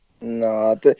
No